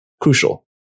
crucial